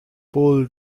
pulled